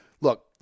Look